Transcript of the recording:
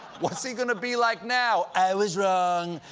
what's he going to be like now? i was wrong.